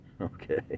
Okay